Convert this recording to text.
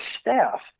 staff